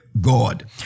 God